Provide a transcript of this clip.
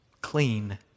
clean